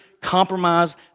Compromise